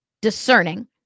discerning